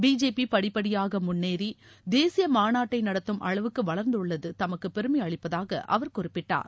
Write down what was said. BJP படிப்படியாக முன்னேறி தேசிய மாநாட்டை நடத்தும் அளவுக்கு வளர்ந்துள்ளது தமக்கு பெருமையளிப்பதாக அவர் குறிப்பிட்டார்